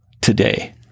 today